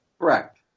Correct